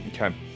Okay